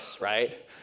right